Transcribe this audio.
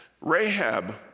Rahab